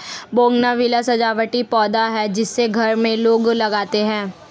bougainvillea सजावटी पौधा है जिसे घर में लोग लगाते हैं